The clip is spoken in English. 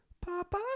papa